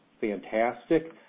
fantastic